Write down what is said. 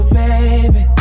baby